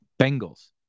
Bengals